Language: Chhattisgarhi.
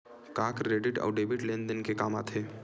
का क्रेडिट अउ डेबिट लेन देन के काम आथे?